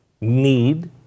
need